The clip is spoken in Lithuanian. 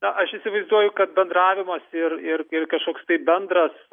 na aš įsivaizduoju kad bendravimas ir ir ir kažkoks tai bendras